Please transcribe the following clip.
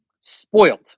spoiled